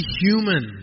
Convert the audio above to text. human